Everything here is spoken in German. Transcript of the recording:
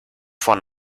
vor